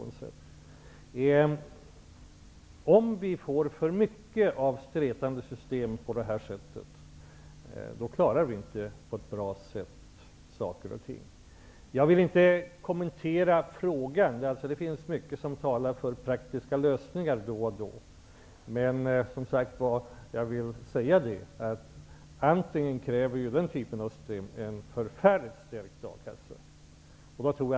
Om vi får många sådana stretande system, klarar vi inte saker och ting på ett bra sätt. Jag vill inte kommentera frågan, för det finns mycket som talar för praktiska lösningar då och då. Men den typen av stöd kräver en förfärligt stark A kassa.